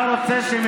אתה רוצה,